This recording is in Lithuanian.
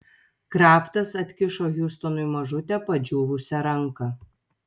kraftas atkišo hiustonui mažutę padžiūvusią ranką